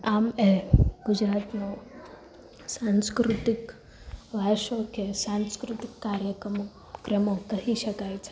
આમ એ ગુજરાતનો સાંસ્કૃતિક વારસો કે સાંસ્કૃતિક કાર્યક્રમ ક્રમો કહી શકાય છે